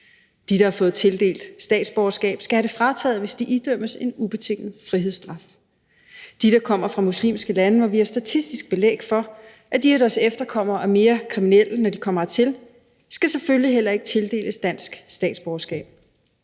De, der har fået tildelt statsborgerskab, skal have det frataget, hvis de idømmes en ubetinget frihedsstraf. De, der kommer fra muslimske lande, hvor vi har statistisk belæg for, at de og deres efterkommere er mere kriminelle, når de kommer hertil, skal selvfølgelig heller ikke tildeles dansk statsborgerskab.